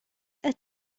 qed